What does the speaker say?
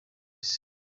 isi